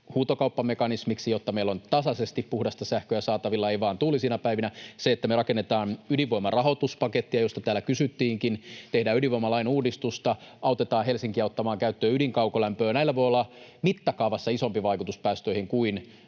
huutokauppamekanismiksi, jotta meillä on tasaisesti puhdasta sähköä saatavilla, ei vain tuulisina päivinä, sillä, että me rakennetaan ydinvoiman rahoituspakettia, josta täällä kysyttiinkin, ja tehdään ydinvoimalain uudistusta, autetaan Helsinkiä ottamaan käyttöön ydinkaukolämpöä, voi olla mittakaavassa isompi vaikutus päästöihin kuin